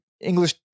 English